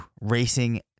racing